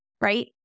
right